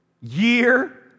year